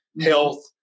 Health